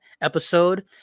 episode